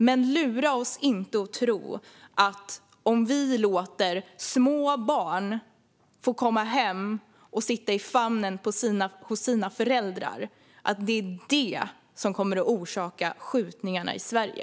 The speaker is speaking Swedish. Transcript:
Men Adam Marttinen ska inte lura oss att tro att om vi låter små barn få komma hem och sitta i sina föräldrars famn kommer detta att orsaka skjutningar i Sverige.